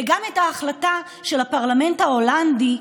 וגם ההחלטה של הפרלמנט ההולנדי,